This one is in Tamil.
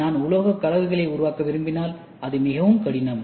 நான் உலோகக்கலவைகளை உருவாக்க விரும்பினால் அது மிகவும் கடினம்